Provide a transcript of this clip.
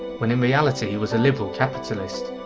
when in reality he was a liberal capitalist.